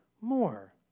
more